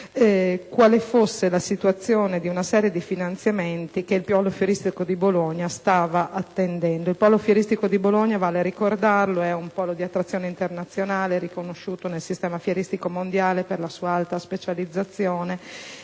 quale fosse la situazione rispetto ad una serie di finanziamenti che il polo fieristico di Bologna stava attendendo. Quest'ultimo, vale ricordarlo, è un polo di attrazione internazionale, riconosciuto nel sistema fieristico mondiale per la sua alta specializzazione